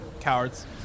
Cowards